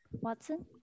Watson